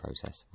process